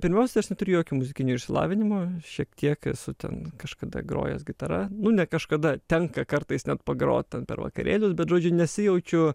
pirmiausia aš neturiu jokio muzikinio išsilavinimo šiek tiek esu ten kažkada grojęs gitara nu ne kažkada tenka kartais net pagrot ten per vakarėlius bet žodžiu nesijaučiu